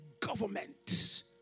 government